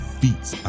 feats